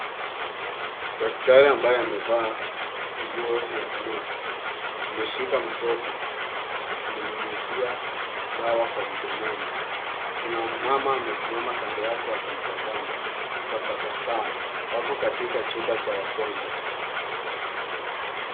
Daktari ambaye amevaa nguo ya blue .Ameshika mtoto akimnyunyuzia dawa kwa mdomoni. Kuna mama amesimama kando yake akimtazama kwa tabasamu. Wako katika chumba cha wagonjwa.